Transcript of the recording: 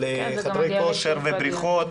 אבל חדרי כושר ובריכות,